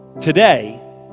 today